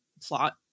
plot